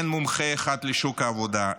אין מומחה אחד לשוק העבודה,